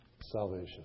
salvation